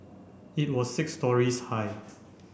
it was six storeys high